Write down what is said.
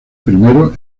primero